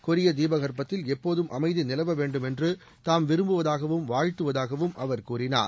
கொரிய தீப கற்பத்தில் எப்போதும் அமைதி நிலவ வேண்டும் என்று தாம் விரும்புவதாகவும் வாழ்த்துவதாகவும் அவர் கூறினார்